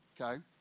okay